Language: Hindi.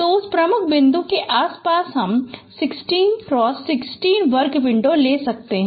तो उस प्रमुख बिंदु के आसपास हम 16x16 वर्ग विंडो ले सकते हैं